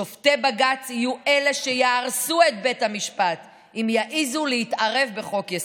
שופטי בג"ץ יהיו אלה שיהרסו את בית המשפט אם יעזו להתערב בחוק-יסוד.